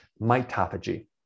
mitophagy